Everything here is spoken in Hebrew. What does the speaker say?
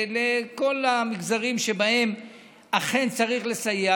לכל המגזרים שבהם אכן צריך לסייע.